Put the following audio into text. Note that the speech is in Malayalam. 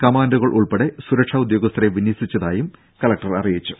കമാൻഡോകൾ ഉൾപ്പെടെ സുരക്ഷാ ഉദ്യോഗസ്ഥരെ വിന്യസിച്ചതായും കലക്ടർ അറിയിച്ചു